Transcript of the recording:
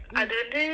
mm